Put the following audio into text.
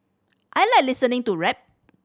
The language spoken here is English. I like listening to rap